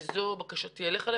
זו בקשתי אליך.